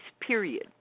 period